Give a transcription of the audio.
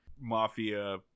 Mafia